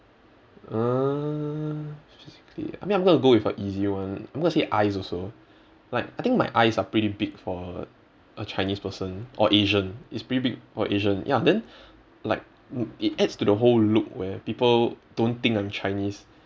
uh physically I mean I'm going to go with a easy one I'm going to say eyes also like I think my eyes are pretty big for a chinese person or asian it's pretty big for asian ya then like it adds to the whole look where people don't think I'm chinese